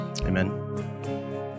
Amen